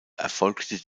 erfolgte